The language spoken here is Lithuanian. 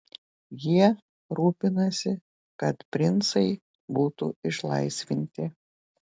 jie rūpinasi kad princai būtų išlaisvinti